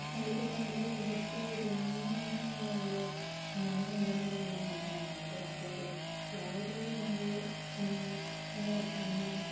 ಹೇಳ್ಬೇಕಂದರೆ ನೃತ್ಯವು ತುಂಬಾ ಒಂದು ಮನೋರಂಜನೆಯ ಒಂದು ಮಾಧ್ಯಮವಾಗಿದೆ ಯಾಕಂದ್ರೆ ಯಾವುದೇ ನಾವು ನಮ್ಮ